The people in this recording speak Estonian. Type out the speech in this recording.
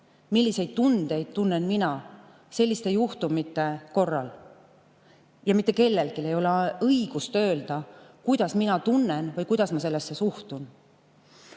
milliseid tundeid tunnen mina selliste juhtumite korral. Ja mitte kellelgi ei ole õigust öelda, kuidas mina tunnen või kuidas ma sellesse suhtun.